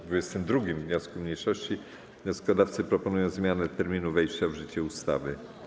W 22. wniosku mniejszości wnioskodawcy proponują zmianę terminu wejścia w życie ustawy.